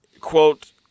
quote